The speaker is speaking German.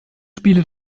spiele